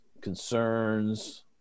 concerns